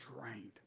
drained